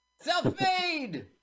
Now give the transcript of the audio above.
Self-made